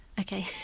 Okay